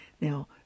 Now